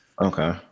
Okay